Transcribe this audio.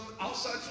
outside